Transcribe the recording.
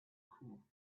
cool